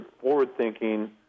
forward-thinking